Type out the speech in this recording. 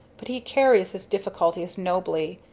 but he carries his difficulties nobly.